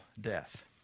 death